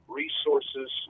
resources